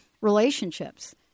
relationships